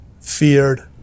feared